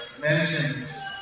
mentions